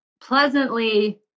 pleasantly